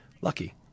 Lucky